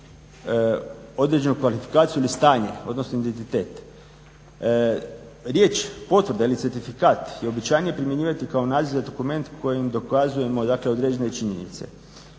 određenu kvalifikaciju ili stanje, odnosno identitet. Riječ potvrda ili certifikat je uobičajenije primjenjivati kao naziv za dokument kojim dokazujemo određene činjenice.